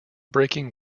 breaking